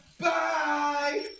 Bye